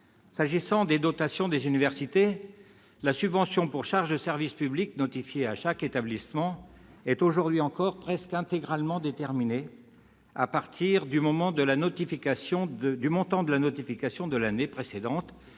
S'agissant des dotations des universités, la subvention pour charges de service public notifiée à chaque établissement est aujourd'hui encore presque intégralement déterminée à partir du montant de la notification de l'année précédente,